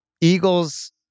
Eagles